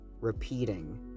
repeating